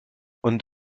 und